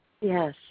Yes